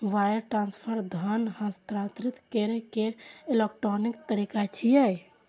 wire transfer धन हस्तांतरित करै के इलेक्ट्रॉनिक तरीका छियै